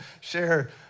share